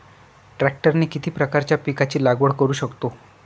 ट्रॅक्टरने किती प्रकारच्या पिकाची लागवड करु शकतो?